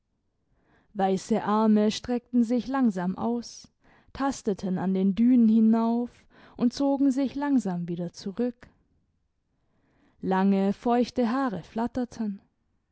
weisse arme streckten sich langsam aus tasteten an den dünen hinauf und zogen sich langsam wieder zurück lange feuchte haare flatterten